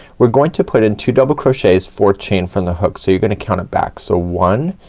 we're going to put in two double crochets fourth chain from the hook. so you're going to count it back. so one,